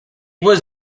was